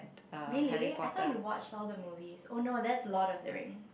really I thought you watched all the movies oh no that's Lord of the Ring